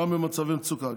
גם במצבי מצוקה,